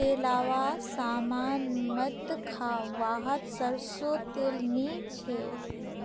तेलावा सामान मत खा वाहत सरसों तेल नी छे